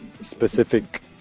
specific